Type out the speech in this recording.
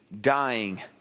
dying